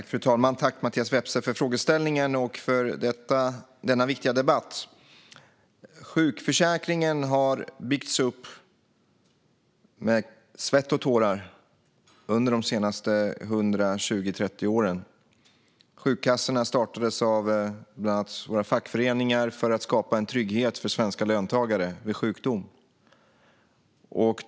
Fru talman! Tack, Mattias Vepsä, för frågan och för denna viktiga debatt! Sjukförsäkringen har under de senaste 120-130 åren byggts upp med svett och tårar. Sjukkassorna startades bland annat av våra fackföreningar för att skapa en trygghet för svenska löntagare vid sjukdom.